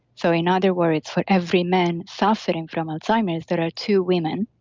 so, in other words, for every man suffering from alzheimer's, there are two women.